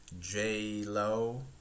J-Lo